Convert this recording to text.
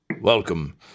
Welcome